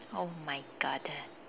oh my God